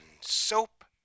Soap